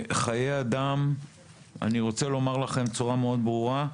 אני רוצה לומר לכם בצורה מאוד ברורה,